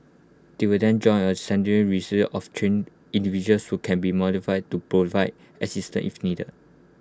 they will then join A central of trained individuals who can be mortified to provide assistant if needed